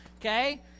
Okay